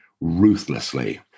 ruthlessly